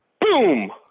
Boom